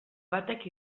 batek